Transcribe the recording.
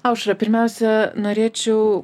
aušra pirmiausia norėčiau